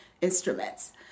instruments